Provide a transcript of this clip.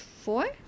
four